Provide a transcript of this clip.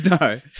No